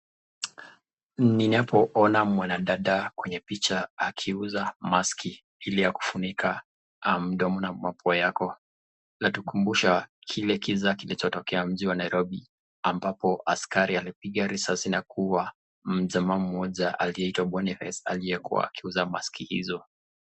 Ninapoona mwanadada kwenye picha akiuza maski Ile ya kufunika mdomo na mapua yako zatukumbusha kile kiza kilichotokea mji wa Nairobi ambapo askari alipiga risasi na kuua mjamaa Moja aliyeitwa Boniface aliyekuwa akiuza maski hizo.